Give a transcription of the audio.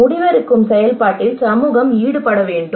முடிவெடுக்கும் செயல்பாட்டில் சமூகம் ஈடுபட வேண்டும்